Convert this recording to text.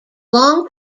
long